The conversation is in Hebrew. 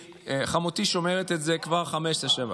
חמותי שומרת את זה כבר 15 שנה.